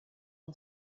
and